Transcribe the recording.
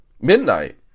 Midnight